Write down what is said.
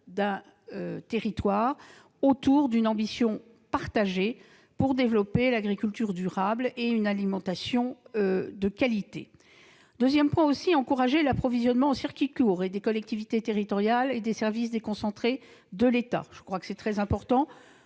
d'un territoire autour d'une ambition partagée pour développer l'agriculture durable et une alimentation de qualité. L'agenda rural prévoit également d'encourager l'approvisionnement en circuits courts des collectivités territoriales et des services déconcentrés de l'État ; c'est très important.